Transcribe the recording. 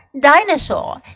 Dinosaur